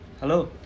Hello